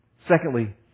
Secondly